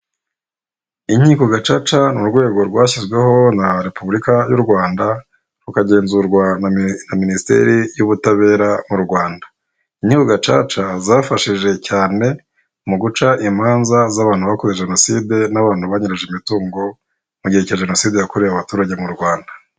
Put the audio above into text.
Inkiko gacaca ni urwego rwashyizweho na repubulika y'u Rwanda, rukagenzurwa na minisiteri y'ubutabera, mu Rwanda. Inkiko gacaca, zafashije cyane mu guca imanza z'abantu bakoze jenoside, n'abantu banyereje imitungo, mu gihe cya jenoside yakorewe abaturage mu Rwanda.